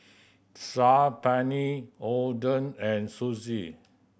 Saag Paneer Oden and Sushi